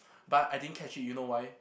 but I didn't catch it you know why